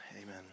amen